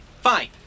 Fine